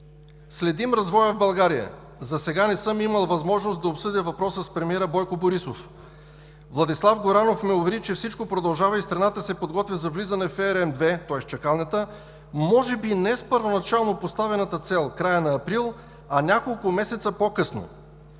„Следим развоя в България. Засега не съм имал възможност да обсъдя въпроса с премиера Бойко Борисов. Владислав Горанов ме увери, че всичко продължава и страната се подготвя за влизане в ERM-II, тоест в чакалнята, може би не с първоначално поставената цел – края на април, а няколко месеца по-късно.“